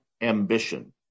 Ambition